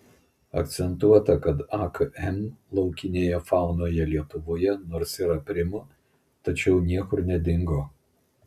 akcentuota kad akm laukinėje faunoje lietuvoje nors ir aprimo tačiau niekur nedingo